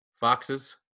Foxes